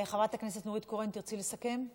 חברת הכנסת נורית קורן, תרצי לסכם?